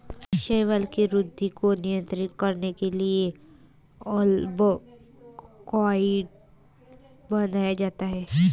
शैवाल की वृद्धि को नियंत्रित करने के लिए अल्बिकाइड बनाया जाता है